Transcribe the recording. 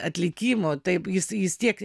atlikimo taip jis jis tiek